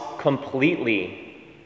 completely